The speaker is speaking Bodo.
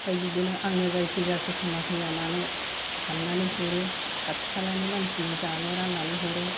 ओमफ्राय बिदिनो आं जायखि जाथि खुरमा फैया मानो हाननानै हरो खाथि खालानि मानसिनो जानो राननानै हरो